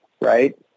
right